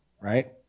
right